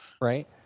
Right